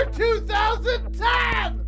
2010